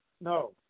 No